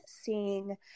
seeing